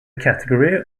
category